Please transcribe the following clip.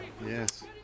Yes